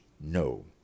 no